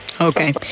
okay